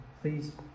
please